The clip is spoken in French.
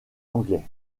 anglais